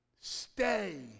stay